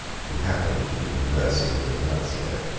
who happened to be conversing with the nuncio.